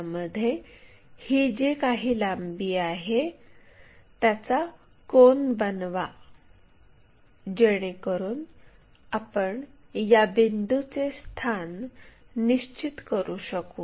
यामध्ये ही जी काही लांबी आहे त्याचा कोन बनवा जेणेकरुन आपण या बिंदूचे स्थान निश्चित करू शकू